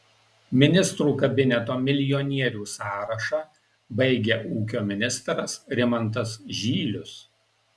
ministrų kabineto milijonierių sąrašą baigia ūkio ministras rimantas žylius